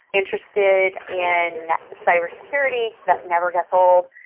interested in cyber security. that never gets old.